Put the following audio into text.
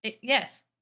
Yes